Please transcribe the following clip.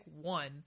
one